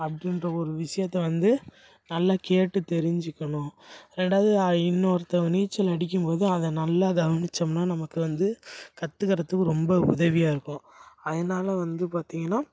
அப்படின்ற ஒரு விஷயத்த வந்து நல்லா கேட்டு தெரிஞ்சுக்கணும் ரெண்டாவது ஐ இன்னொருத்தவர் நீச்சல் அடிக்கும் போது அதை நல்லா கவனிச்சோம்னா நமக்கு வந்து கற்றுக்கறதுக்கு ரொம்ப உதவியாக இருக்கும் அதனால் வந்து பார்த்திங்கனா